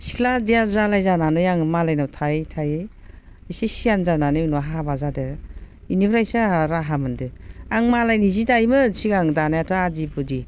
सिख्ला दिया जालाय जानानै आङो मालायनाव थायै थायै एसे सियान जानानै उनाव हाबा जादों बेनिफ्रायसो आंहा राहा मोनदों आं मालायनि जि दायोमोन सिगां दानायाथ' आदि उदि